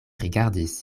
rigardis